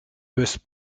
baisse